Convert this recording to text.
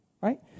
right